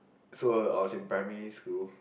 so I was in primary school